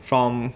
from